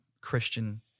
Christian